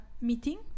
meeting